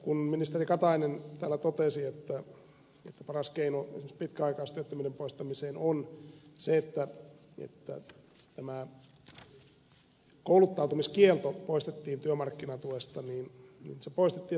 kun ministeri katainen täällä totesi että paras keino esimerkiksi pitkäaikaistyöttömyyden poistamiseen on se että tämä kouluttautumiskielto poistettiin työmarkkinatuesta niin se poistettiin ja se oli ihan hyvä asia